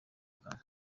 kanwa